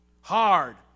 hard